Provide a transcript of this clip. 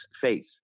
faith